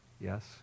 Yes